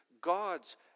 God's